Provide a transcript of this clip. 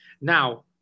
Now